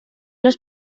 los